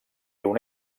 una